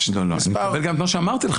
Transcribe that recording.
כמו שאמרתי לך